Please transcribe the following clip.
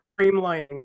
streamlining